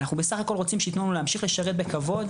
אנחנו בסך הכול רוצים שייתנו להמשיך לשרת בכבוד,